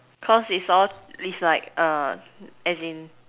cause is all is like as in